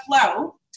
flow